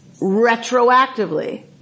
retroactively